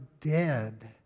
dead